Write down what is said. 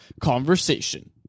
Conversation